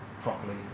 properly